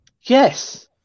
Yes